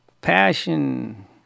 passion